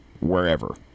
wherever